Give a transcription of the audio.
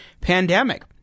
pandemic